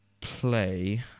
play